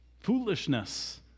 foolishness